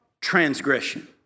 transgression